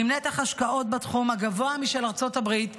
עם נתח השקעות בתחום הגבוה משל ארצות הברית ואירופה,